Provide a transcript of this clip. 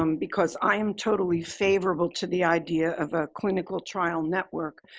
um because i am totally favorable to the idea of a clinical trial network.